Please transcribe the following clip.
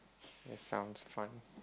that sounds fun